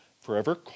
forever